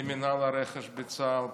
למינהל הרכש בצה"ל,